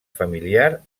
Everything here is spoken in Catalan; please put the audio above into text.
familiar